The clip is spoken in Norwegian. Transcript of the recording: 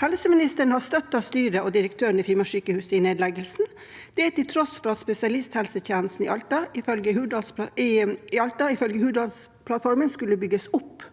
Helseministeren har støttet styret og direktøren i Finnmarkssykehuset i nedleggelsen, til tross for at spesialisthelsetjenesten i Alta ifølge Hurdalsplattformen skulle bygges opp